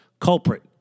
culprit